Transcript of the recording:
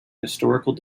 historical